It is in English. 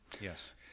yes